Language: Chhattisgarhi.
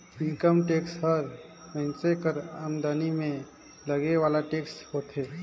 इनकम टेक्स हर मइनसे कर आमदनी में लगे वाला टेक्स होथे